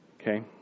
Okay